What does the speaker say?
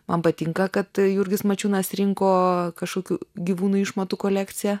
man patinka kad jurgis mačiūnas rinko kažkokių gyvūnų išmatų kolekciją